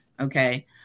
okay